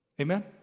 Amen